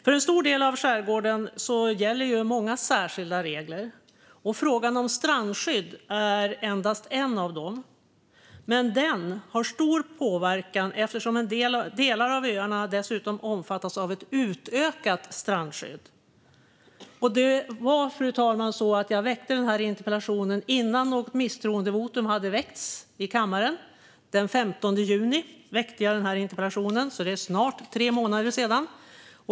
För en stor del av skärgården gäller många särskilda regler. Och frågan om strandskydd är endast en av dem, men den har stor påverkan eftersom delar av öarna dessutom omfattas av ett utökat strandskydd. Fru talman! Jag väckte denna interpellation den 15 juni, innan något misstroendevotum hade väckts i kammaren. Det är snart tre månader sedan.